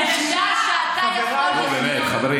די כבר.